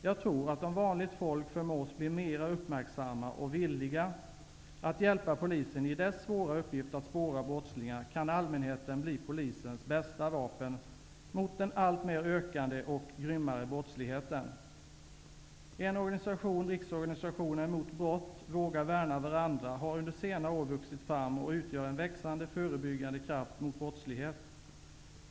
Jag tror att om vanligt folk förmås bli mera uppmärksamma och villiga att hjälpa polisen i dess svåra uppgift att spåra brottslingar, kan allmänheten bli polisens bästa vapen mot den allt mer ökande och grymmare brottsligheten. Våga Värna Varandra, har under senare år vuxit fram och utgör en växande förebyggande kraft mot brottslighet.